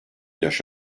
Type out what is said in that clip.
yaş